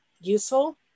useful